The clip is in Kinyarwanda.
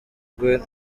rwe